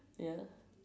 ya